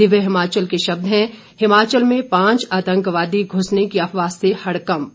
दिव्य हिमाचल के शब्द हैं हिमाचल में पांच आतंकवादी घुसने की अफवाह से हड़कंप